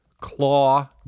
Claw